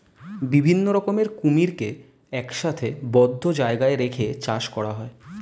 বিভিন্ন রকমের কুমিরকে একসাথে বদ্ধ জায়গায় রেখে চাষ করা হয়